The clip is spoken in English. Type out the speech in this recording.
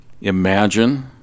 imagine